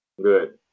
good